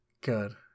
Good